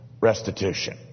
restitution